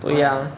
对啊